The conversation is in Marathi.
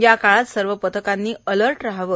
या काळात सर्व पथकांनी अलर्ट राहावे